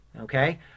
Okay